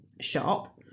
shop